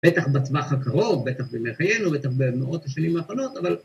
‫בטח בצבא חקרו, בטח במיוחדינו, ‫בטח במאות השנים האחרונות, אבל...